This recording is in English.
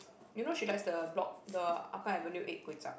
you know she likes the block the Hougang avenue eight kway-chap